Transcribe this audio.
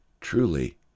truly